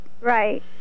Right